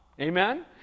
Amen